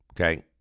okay